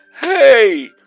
Hey